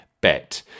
bet